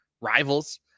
rivals